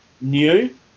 new